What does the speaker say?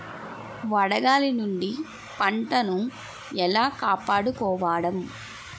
వడగాలి నుండి పంటను ఏలా కాపాడుకోవడం?